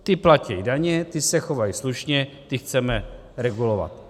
Ti platí daně, ti se chovají slušně, ty chceme regulovat.